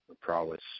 prowess